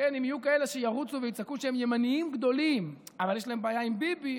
אם יהיו כאלה שירוצו ויצעקו שהם ימנים גדולים אבל יש להם בעיה עם ביבי,